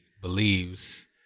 believes